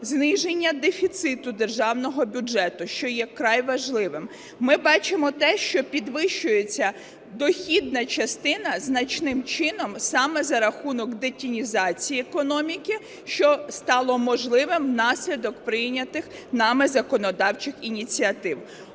зниження дефіциту державного бюджету, що є вкрай важливим. Ми бачимо те, що підвищується дохідна частина, значним чином саме за рахунок детінізації економіки, що стало можливим внаслідок прийнятих нами законодавчих ініціатив.